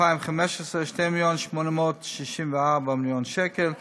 2015, 2 מיליון ו-864,000 שקל,